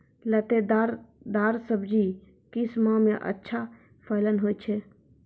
लतेदार दार सब्जी किस माह मे अच्छा फलन होय छै?